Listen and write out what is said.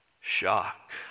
Shock